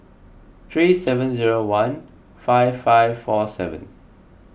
three seven zero one five five four seven